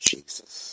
Jesus